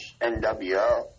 NWO